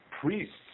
priests